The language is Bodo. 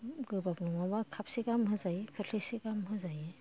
गोबाब नङाबा खाफसे गाहाम होजायो खोरस्लिसे गाहाम होजायो होमबानो